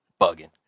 Bugging